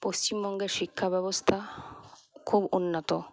পশ্চিমবঙ্গের শিক্ষাব্যবস্থা খুব উন্নত